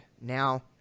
Now